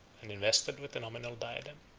and invested with a nominal diadem.